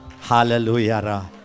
Hallelujah